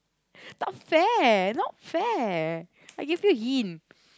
not fair not fair I give you hint